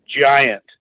giant